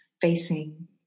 facing